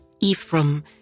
Ephraim